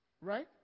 right